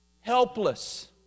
helpless